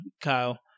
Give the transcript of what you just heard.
kyle